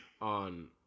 on